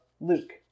Luke